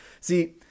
See